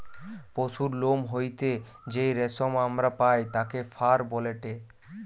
পশুর লোম হইতে যেই রেশম আমরা পাই তাকে ফার বলেটে